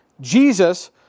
Jesus